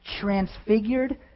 transfigured